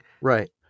Right